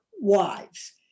wives